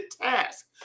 task